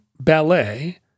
ballet